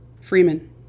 Freeman